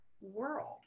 world